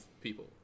people